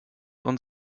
und